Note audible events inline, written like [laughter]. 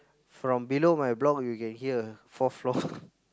from below my block you can hear fourth floor [breath]